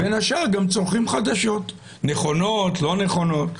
בין השאר גם צורכים חדשות, נכונות ולא נכונות.